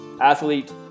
athlete